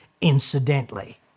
incidentally